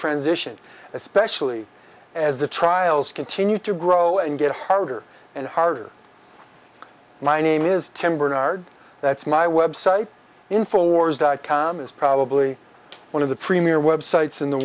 transition especially as the trials continue to grow and get harder and harder my name is tempered our that's my website informs dot com is probably one of the premier websites in the